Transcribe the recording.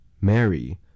Mary